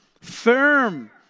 Firm